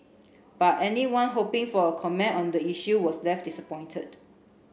but anyone hoping for a comment on the issue was left disappointed